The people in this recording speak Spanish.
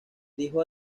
dijo